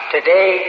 today